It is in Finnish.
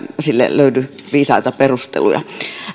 sille löydy viisaita perusteluja